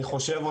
אני חושב,